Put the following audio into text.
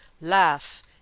Laugh